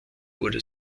wurde